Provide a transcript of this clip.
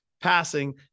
passing